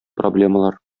проблемалар